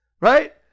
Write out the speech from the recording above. right